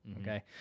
Okay